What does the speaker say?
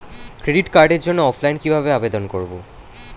Credit কার্ডের জন্য অফলাইনে কিভাবে আবেদন করব?